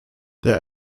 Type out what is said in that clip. der